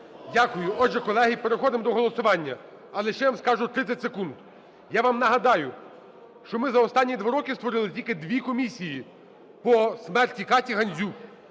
Дякую. Отже, колеги, переходимо до голосування. Але ще вам скажу, 30 секунд. Я вам нагадаю, що ми за останні два роки створили тільки дві комісії: по смерті Каті Гандзюк